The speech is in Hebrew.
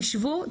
תשבו,